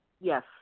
Yes